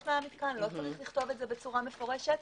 מהמתקן לא צריך לכתוב את זה בצורה מפורשת.